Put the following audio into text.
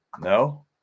No